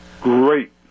great